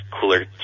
cooler